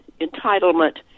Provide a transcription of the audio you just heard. entitlement